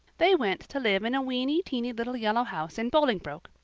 they went to live in a weeny-teeny little yellow house in bolingbroke.